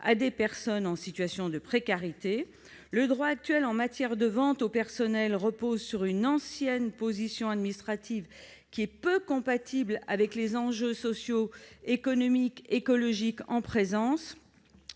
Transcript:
à des personnes en situation de précarité. Le droit actuel en matière de vente au personnel repose sur une ancienne position administrative peu compatible avec les enjeux sociaux, économiques et écologiques en présence.